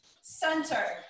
center